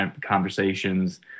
conversations